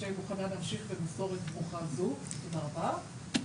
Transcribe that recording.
שמוכנה להמשיך במסורת ברוכה זו, תודה רבה.